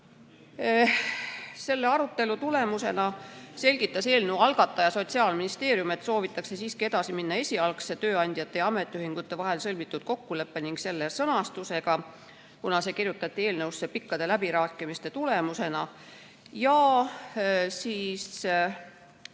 Selle arutelu tulemusena selgitas eelnõu algataja Sotsiaalministeerium, et soovitakse siiski edasi minna esialgse, tööandjate ja ametiühingute vahel sõlmitud kokkuleppe ning selle sõnastusega, kuna see kirjutati eelnõusse pikkade läbirääkimiste tulemusena.